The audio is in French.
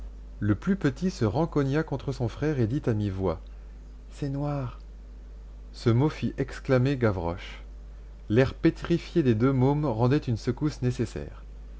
le plus petit se rencogna contre son frère et dit à demi-voix c'est noir ce mot fit exclamer gavroche l'air pétrifié des deux mômes rendait une secousse nécessaire